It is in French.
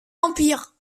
empire